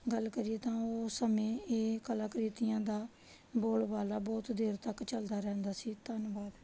ਗੱਲ ਕਰੀਏ ਤਾਂ ਉਹ ਸਮੇਂ ਇਹ ਕਲਾਕ੍ਰਿਤੀਆਂ ਦਾ ਬੋਲ ਬਾਲਾ ਬਹੁਤ ਦੇਰ ਤੱਕ ਚਲਦਾ ਰਹਿੰਦਾ ਸੀ ਧੰਨਵਾਦ